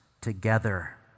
together